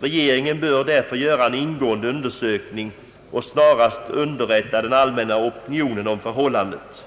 Regeringen bör därför göra en ingående undersökning och snarast underrätta den allmänna opinionen om förhållandet.